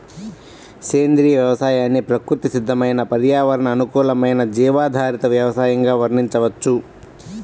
సేంద్రియ వ్యవసాయాన్ని ప్రకృతి సిద్దమైన పర్యావరణ అనుకూలమైన జీవాధారిత వ్యవసయంగా వర్ణించవచ్చు